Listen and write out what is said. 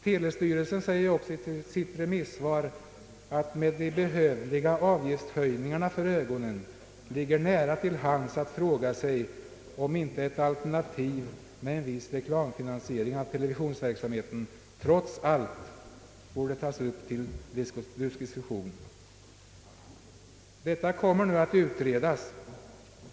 Telestyrelsen säger i sitt remisssvar att det med de behövliga avgiftshöjningarna för ögonen ligger nära till hands att fråga sig om inte ett alternativ med en viss reklamfinansiering av televisionsverksamheten trots allt borde tagas upp till diskussion. Detta kommer nu att utredas.